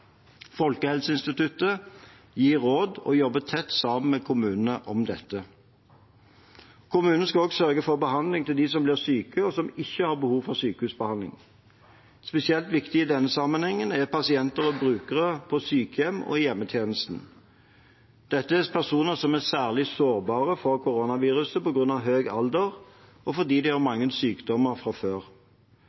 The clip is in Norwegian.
Folkehelseinstituttet gir råd og jobber tett sammen med kommunene om dette. Kommunene skal også sørge for behandling til dem som blir syke, og som ikke har behov for sykehusbehandling. Spesielt viktig å tenke på i denne sammenheng er pasienter og brukere på sykehjem og i hjemmetjenesten. Dette er personer som er særlig sårbare for koronaviruset på grunn av høy alder og fordi de har mange sykdommer fra før.